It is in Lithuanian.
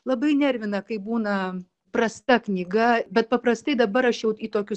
labai nervina kai būna prasta knyga bet paprastai dabar aš jau į tokius